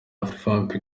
afrifame